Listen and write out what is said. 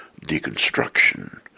deconstruction